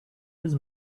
does